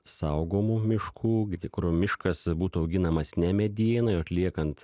saugomų miškų tai kur miškas būtų auginamas ne medienai o atliekant